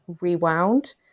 rewound